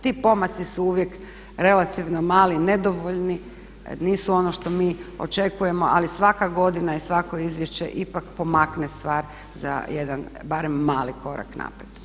Ti pomaci su uvijek relativno mali, nedovoljni, nisu ono što mi očekujemo ali svaka godina i svako izvješće ipak pomakne stvar za jedan barem mali korak naprijed.